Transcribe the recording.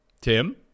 Tim